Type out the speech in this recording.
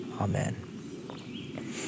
amen